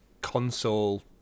console